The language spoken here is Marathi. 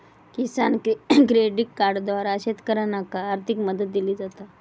किसान क्रेडिट कार्डद्वारा शेतकऱ्यांनाका आर्थिक मदत दिली जाता